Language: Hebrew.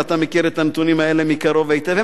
ואתה מכיר את הנתונים האלה מקרוב היטב,